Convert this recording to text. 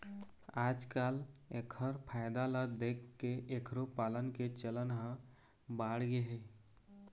आजकाल एखर फायदा ल देखके एखरो पालन के चलन ह बाढ़गे हे